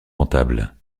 rentable